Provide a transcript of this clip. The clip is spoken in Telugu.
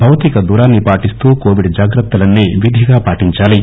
భౌతిక దూరాన్ని పాటిస్తూ కోవిడ్ జాగ్రత్తలన్నీ విధిగా పాటించాలి